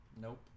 Nope